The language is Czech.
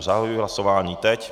Zahajuji hlasování teď.